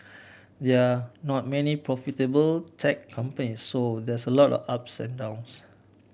there are not many profitable tech company so there's a lot upside downs